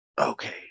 Okay